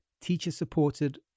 teacher-supported